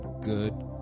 good